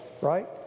right